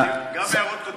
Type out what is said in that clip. גם הערות קודמות,